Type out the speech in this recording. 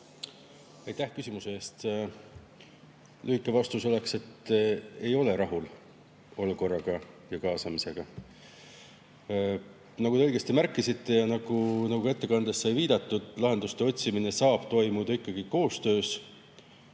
Aitäh küsimuse eest! Lühike vastus oleks, et ei ole rahul olukorraga ja kaasamisega. Nagu te õigesti märkisite ja nagu ettekandes sai viidatud, lahenduste otsimine saab toimuda ikkagi koostöös